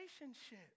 relationship